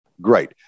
great